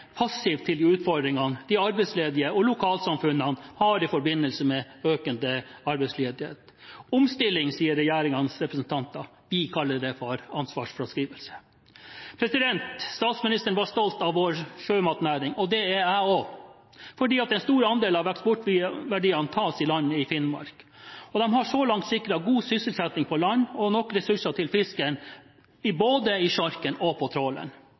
passiv til de utfordringene de arbeidsledige og lokalsamfunnene har i forbindelse med økende arbeidsledighet. Omstilling, sier regjeringens representanter. Vi kaller det for ansvarsfraskrivelse. Statsministeren var stolt av vår sjømatnæring, og det er jeg også – fordi en stor andel av eksportverdiene tas i land i Finnmark. Det har så langt sikret god sysselsetting på land og nok ressurser til fiskeren både i sjarken og på